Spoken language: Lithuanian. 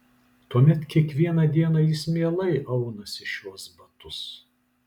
tuomet kiekvieną dieną jis mielai aunasi šiuos batus